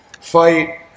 fight